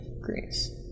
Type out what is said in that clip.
Greece